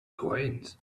coins